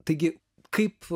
taigi kaip